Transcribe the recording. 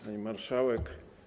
Pani Marszałek!